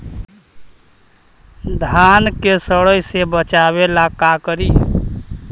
धान के सड़े से बचाबे ला का करि?